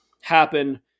happen